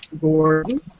Gordon